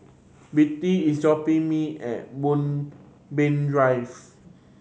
Birtie is dropping me at Moonbeam Drive